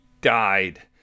died